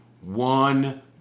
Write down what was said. one